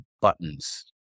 buttons